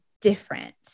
different